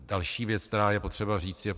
Další věc, kterou je potřeba říct.